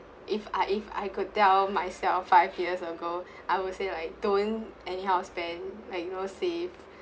if I if I could tell myself five years ago I would say like don't anyhow spend like you know save